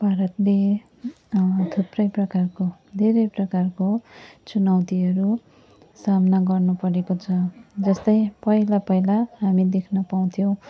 भारतले थुप्रै प्रकारको धेरै प्रकारको चुनौतीहरू सामना गर्नु परेको छ जस्तै पहिला पहिला हामी देख्न पाउँथ्यौँ